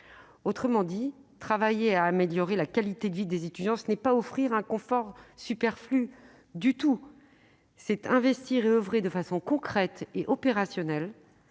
termes, travailler à améliorer la qualité de vie des étudiants, ce n'est pas du tout offrir un confort superflu : c'est investir pour oeuvrer, de façon concrète et opérationnelle,